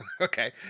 Okay